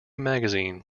magazine